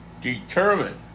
determined